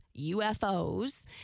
UFOs